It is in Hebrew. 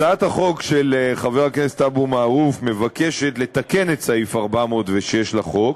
הצעת החוק של חבר הכנסת אבו מערוף מבקשת לתקן את סעיף 406 לחוק